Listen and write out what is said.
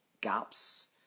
gaps